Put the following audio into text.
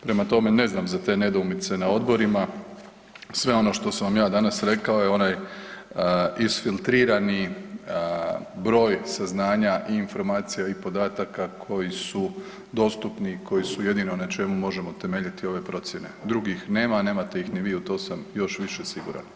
Prema tome, ne znam za te nedoumice na odborima, sve ono što sam vam ja danas rekao je onaj isfiltrirani broj saznanja i informacija i podataka koji su dostupni i koji su jedino na čemu možemo temeljiti ove procijene, drugih nema, nemate ih ni vi, u to sam još više siguran.